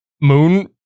moon